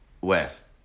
West